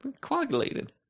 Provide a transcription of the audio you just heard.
Coagulated